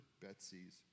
Betsy's